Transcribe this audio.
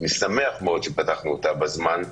אני שמח מאוד שפתחנו אותה בזמן,